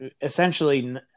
essentially